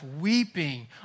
weeping